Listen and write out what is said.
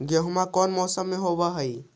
गेहूमा कौन मौसम में होब है?